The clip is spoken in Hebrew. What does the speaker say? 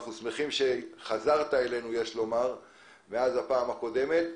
אנחנו שמחים שחזרת אלינו מאז הפעם הקודמת.